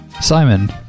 Simon